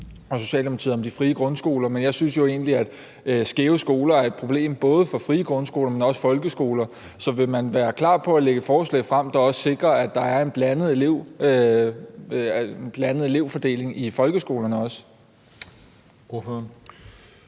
fra Socialdemokratiet om de frie grundskoler, men jeg synes jo egentlig, at skæve skoler er et problem både for frie grundskoler, men også for folkeskoler, så vil man være klar på at lægge forslag frem, der også sikrer, at der er en blandet elevfordeling i folkeskolerne også?